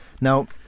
Now